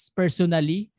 personally